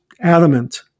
adamant